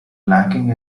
lacking